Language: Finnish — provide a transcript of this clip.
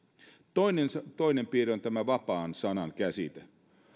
toinen toinen piirre on tämä vapaan sanan käsite